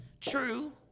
True